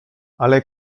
ale